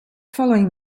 following